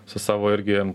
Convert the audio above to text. su savo irgi